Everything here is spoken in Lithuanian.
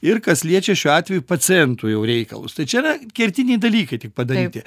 ir kas liečia šiuo atveju pacientų jau reikalus tai čia yra kertiniai dalykai tik padaryti